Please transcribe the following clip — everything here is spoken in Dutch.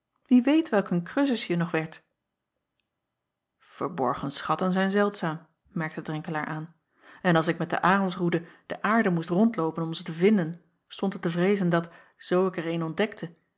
ie weet welk een rezus je nog werdt erborgen schatten zijn zeldzaam merkte renkelaer aan en als ik met de ronsroede de aarde moest rondloopen om ze te vinden stond het te vreezen dat zoo ik er een